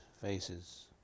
faces